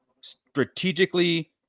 Strategically